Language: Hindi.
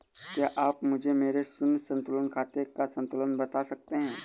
क्या आप मुझे मेरे शून्य संतुलन खाते का संतुलन बता सकते हैं?